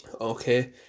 Okay